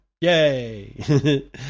Yay